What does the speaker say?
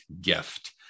gift